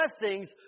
blessings